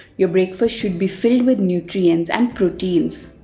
your breakfast should be filled with nutrients and proteins.